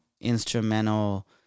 instrumental